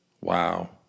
Wow